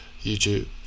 YouTube